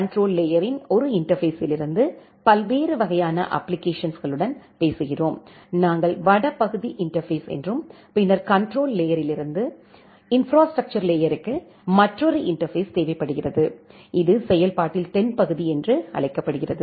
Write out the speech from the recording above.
control லேயரின் ஒரு இன்டர்பேஸ்ஸிலிருந்து பல்வேறு வகையான அப்ப்ளிகேஷன்ஸ்களுடன் பேசுகிறோம் நாங்கள் வடபகுதி இன்டர்பேஸ் என்றும்பின்னர் கண்ட்ரோல் லேயரிலிருந்து இன்ப்ராஸ்ட்ரக்சர் லேயர்க்கு மற்றொரு இன்டர்பேஸ் தேவைப்படுகிறது இது செயல்பாட்டில் தென்பகுதி என்று அழைக்கப்படுகிறது